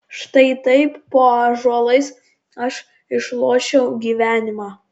štai taip po ąžuolais aš išlošiau gyvenimą